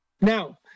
Now